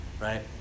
right